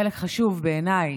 חלק חשוב בעיניי,